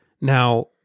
Now